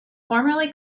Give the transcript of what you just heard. formerly